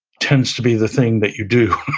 tends to be the thing that you do.